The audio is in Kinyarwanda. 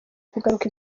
kugaruka